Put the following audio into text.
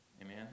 Amen